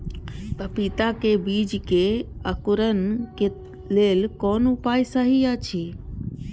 पपीता के बीज के अंकुरन क लेल कोन उपाय सहि अछि?